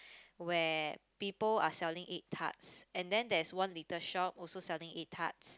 where people are selling egg tarts and then there is one little shop also selling egg tarts